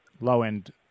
low-end